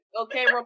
okay